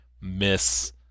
miss